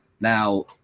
Now